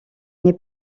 n’est